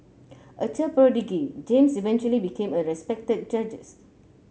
a child prodigy James eventually became a respected judges